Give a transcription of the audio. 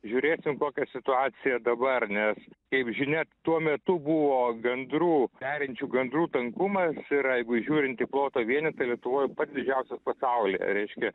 žiūrėsim kokia situacija dabar nes kaip žinia tuo metu buvo gandrų perinčių gandrų tankumas yra jeigu žiūrint į ploto vienetą lietuvoj pati didžiausias pasauly reiškia